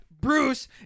Bruce